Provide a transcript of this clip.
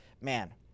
Man